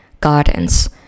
gardens